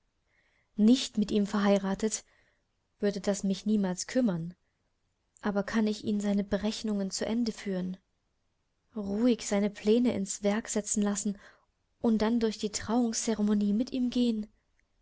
nicht mit ihm verheiratet würde das mich niemals bekümmern aber kann ich ihn seine berechnungen zu ende führen ruhig seine pläne ins werk setzen lassen und dann durch die trauungsceremonie mit ihm gehen